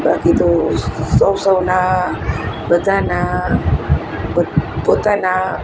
બાકી તો સૌ સૌના બધાના પોત પોતાના